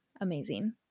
amazing